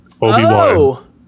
Obi-Wan